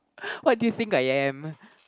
what do you think I am